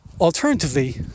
Alternatively